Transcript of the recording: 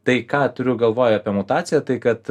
tai ką turiu galvoj apie mutaciją tai kad